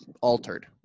altered